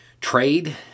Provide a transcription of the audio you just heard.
trade